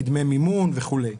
קדמי מימון וכולי.